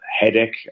headache